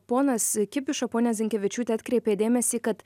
ponas kipiša ponia zinkevičiūte atkreipė dėmesį kad